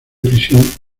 prisión